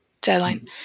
deadline